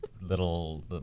little